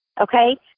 okay